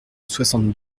soixante